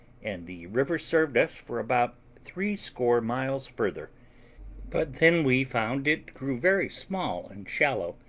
and the river served us for about threescore miles further but then we found it grew very small and shallow,